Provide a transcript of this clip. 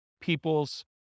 people's